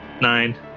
nine